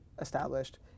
established